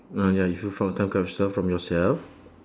ah ya if you found a time capsule from yourself